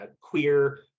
queer